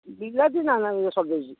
ବିଲାତି ନା ନାହିଁ ଇଏ ସରିଯାଇଛି